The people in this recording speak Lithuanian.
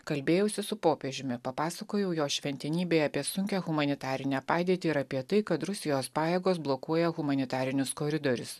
kalbėjausi su popiežiumi papasakojau jo šventenybei apie sunkią humanitarinę padėtį ir apie tai kad rusijos pajėgos blokuoja humanitarinius koridorius